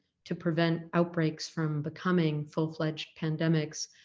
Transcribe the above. to prevent outbreaks from becoming full-fledged pandemics,